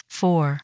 four